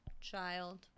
child